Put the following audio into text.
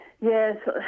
Yes